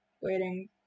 Waiting